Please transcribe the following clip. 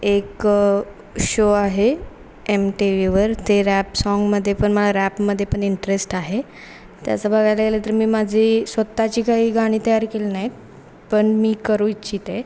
एक शो आहे M T व्हीवर ते रॅप साँगमध्ये पण मला रॅपमध्ये पण इंटरेस्ट आहे तसं बघायला गेलं तर मी माझी स्वत ची काही गाणी तयारी केली नाही आहेत पण मी करू इच्छिते